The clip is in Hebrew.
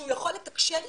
שהוא יכול לתקשר איתנו,